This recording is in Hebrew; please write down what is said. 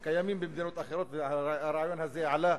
וקיימים במדינות אחרות, והרעיון הזה עלה